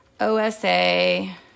OSA